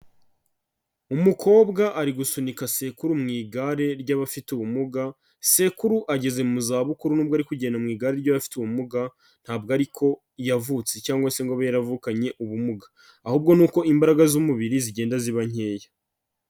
Umukobwa ari gusunika sekuru mu igare ry'abafite ubumuga, sekuru ageze mu zabukuru nubwo ari kugenda mu igare ry'abafite ubumuga ntabwo ari ko yavutse cyangwa se ngo abe yaravukanye ubumuga, ahubwo ni uko imbaraga z'umubiri zigenda ziba nkeya.